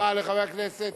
תודה רבה לחבר הכנסת.